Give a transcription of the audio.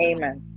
Amen